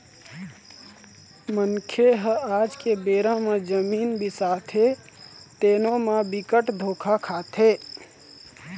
मनखे ह आज के बेरा म जमीन बिसाथे तेनो म बिकट धोखा खाथे